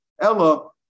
ella